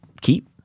keep